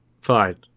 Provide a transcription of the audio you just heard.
Fine